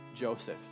Joseph